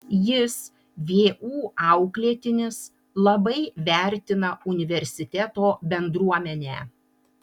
jis vu auklėtinis labai vertina universiteto bendruomenę